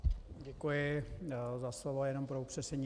Děkuji za slovo, jen pro upřesnění.